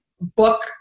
book